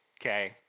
Okay